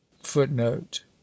footnote